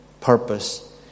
purpose